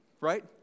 Right